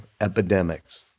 epidemics